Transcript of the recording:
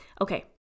okay